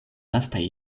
lastaj